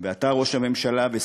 ואתה, ראש הממשלה, ושריך,